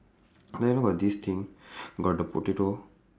then got this thing got the potato